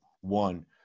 one